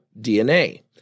DNA